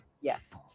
Yes